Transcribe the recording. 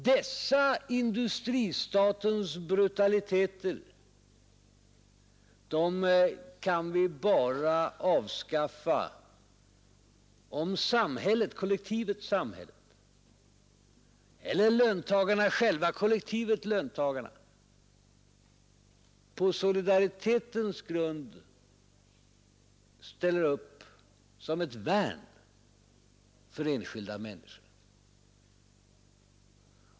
Dessa industristatens brutaliteter kan vi bara avskaffa, om kollektivet samhället eller kollektivet löntagarna på solidaritetens grund ställer upp som ett värn för den enskilda människan.